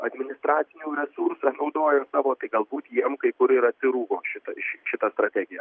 administracinių resursą naudojo savo tai galbūt jiem kai kur ir atsirūgo šitai šita strategija